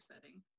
setting